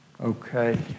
Okay